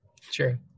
Sure